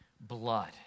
blood